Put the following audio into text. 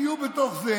תהיו בתוך זה.